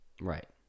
Right